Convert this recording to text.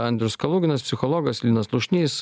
andrius kaluginas psichologas linas slušnys